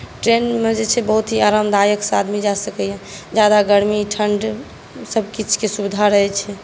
ट्रेनमजे छै बहुत ही आरामदायकसँ आदमी जा सकैया ज्यादा गर्मी ठण्ड सभ किछु के सुविधा रहै छै